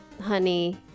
honey